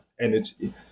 energy